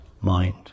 mind